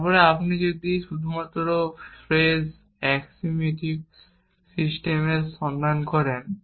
তারপরে আপনি যদি শুধু ফ্রেজ অ্যাক্সিওম্যাটিক সিস্টেমের সন্ধান করেন